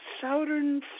Southern